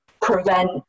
prevent